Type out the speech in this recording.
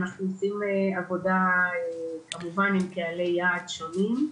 אנחנו עושים עבודה כמובן עם קהלי יעד שונים,